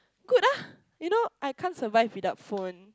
good ah you know I can't survive without phone